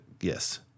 yes